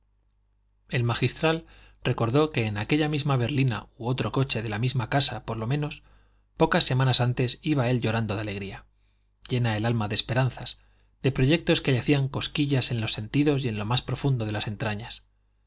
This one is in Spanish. el magistral recordó que en aquella misma berlina u otro coche de la misma casa por lo menos pocas semanas antes iba él llorando de alegría llena el alma de esperanzas de proyectos que le hacían cosquillas en los sentidos y en lo más profundo de las entrañas